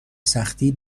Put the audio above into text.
سختی